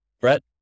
Brett